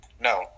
No